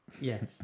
Yes